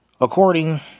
According